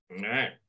right